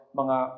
mga